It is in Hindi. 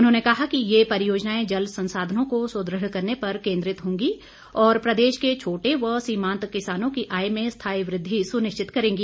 उन्होंने कहा कि ये परियोजनाएं जल संसाधनों को सुदृढ़ करने पर केन्द्रित होगी और प्रदेश के छोटे व सीमांत किसानों की आय में स्थाई वृद्धि सुनिश्चित करेंगी